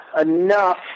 enough